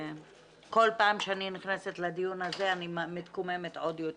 כל פעם כשאני נכנסת לדיון הזה אני מתקוממת עוד יותר.